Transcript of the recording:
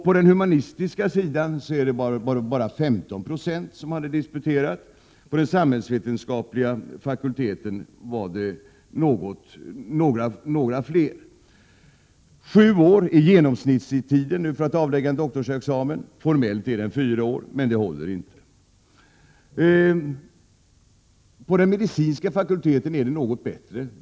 På den humanistiska sidan hade bara 15 90 disputerat, medan siffran för den samhällsvetenskapliga fakulteten var något högre. Sju år är nu genomsnittstiden för avläggande av en doktorsexamen. Formellt är det fyra år, men det håller inte. Vid den medicinska fakulteten är det något bättre.